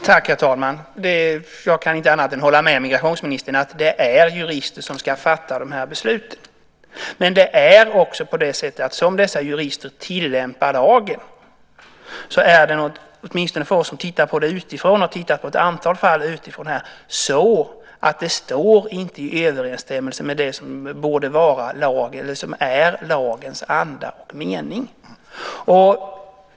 Herr talman! Jag kan inte annat än hålla med migrationsministern: Det är jurister som ska fatta de här besluten. Men det är också så att dessa juristers tillämpning av lagen, åtminstone för oss som har tittat på ett antal sådana här fall utifrån, inte står i överensstämmelse med det som är lagens anda och mening.